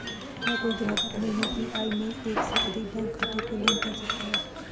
क्या कोई ग्राहक अपने यू.पी.आई में एक से अधिक बैंक खातों को लिंक कर सकता है?